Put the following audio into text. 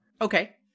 Okay